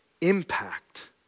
impact